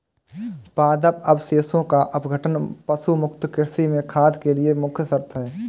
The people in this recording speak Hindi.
पादप अवशेषों का अपघटन पशु मुक्त कृषि में खाद के लिए मुख्य शर्त है